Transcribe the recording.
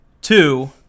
two